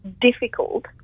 difficult